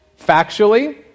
factually